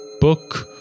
book